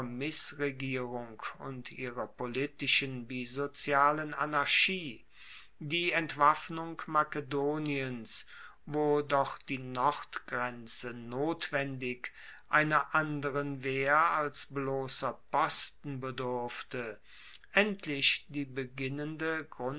missregierung und ihrer politischen wie sozialen anarchie die entwaffnung makedoniens wo doch die nordgrenze notwendig einer anderen wehr als blosser posten bedurfte endlich die beginnende